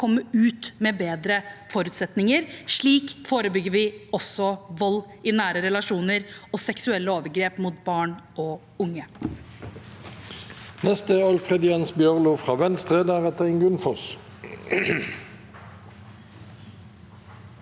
komme ut med bedre forutsetninger. Slik forebygger vi også vold i nære relasjoner og seksuelle overgrep mot barn og unge.